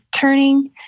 turning